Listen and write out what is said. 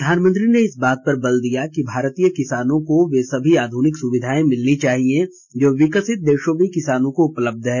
प्रधानमंत्री ने इस बात पर बल दिया कि भारतीय किसानों को वे सभी आध्निक सुविधाएं मिलनी चाहिए जो विकसित देशों में किसानों को उपलब्ध हैं